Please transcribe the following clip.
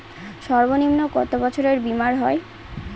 সর্বনিম্ন কত বছরের বীমার হয়?